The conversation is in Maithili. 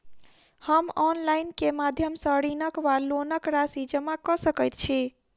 हम ऑनलाइन केँ माध्यम सँ ऋणक वा लोनक राशि जमा कऽ सकैत छी?